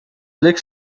blick